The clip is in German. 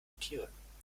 notieren